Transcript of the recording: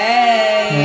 Hey